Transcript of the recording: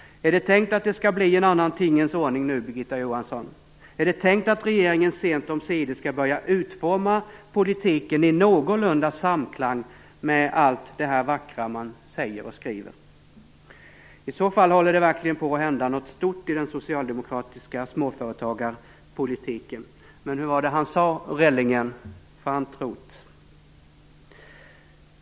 Är det tänkt att det skall bli en annan tingens ordning nu, Birgitta Johansson? Är det tänkt att regeringen sent om sider skall börja utforma politiken i någorlunda samklang med allt det vackra man säger och skriver? I så fall håller det verkligen på att hända något stort i den socialdemokratiska småföretagarpolitiken. Men hur var det han sade, Rellingen? Fan tro't.